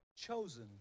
chosen